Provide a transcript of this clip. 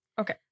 Okay